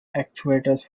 actuators